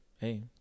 Hey